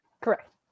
Correct